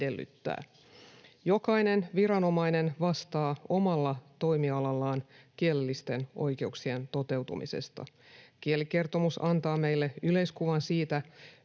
edellyttää. Jokainen viranomainen vastaa omalla toimialallaan kielellisten oikeuksien toteutumisesta. Kielikertomus antaa meille yleiskuvan siitä,